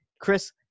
Chris